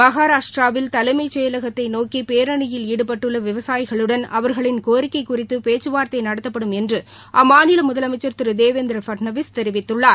மகாராஷ்டிராவில் தலைமைச்செயலகத்தை நோக்கி பேரணியில் ஈடுபட்டுள்ள விவசாயிகளுடன் அவர்களின் கோரிக்கை குறித்து பேச்சு வார்த்தை நடத்தப்படும் என்று அம்மாநில முதலமைச்சர் திரு தேவேந்திர பட்நாவிக் தெரிவித்துள்ளார்